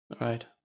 Right